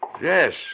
Yes